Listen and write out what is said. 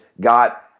got